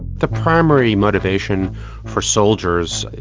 the primary motivation for soldiers, you